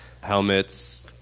helmets